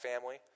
family